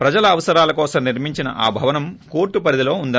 ప్రజల అవసరాల కోసం నిర్మించిన భవనం అది కోర్లు పరధీలో ఉంది